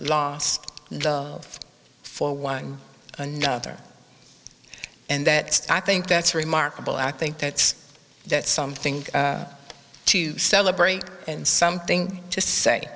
lost for one another and that i think that's remarkable i think that's that's something to celebrate and something to say